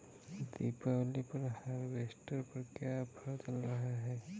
दीपावली पर हार्वेस्टर पर क्या ऑफर चल रहा है?